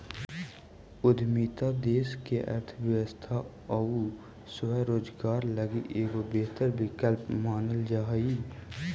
उद्यमिता देश के अर्थव्यवस्था आउ स्वरोजगार लगी एगो बेहतर विकल्प मानल जा हई